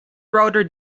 broader